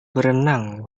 berenang